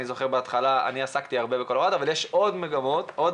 אני זוכר שעסקתי בהתחלה הרבה בקולורדו אבל יש עוד אפשרויות